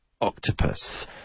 octopus